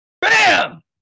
Bam